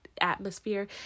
atmosphere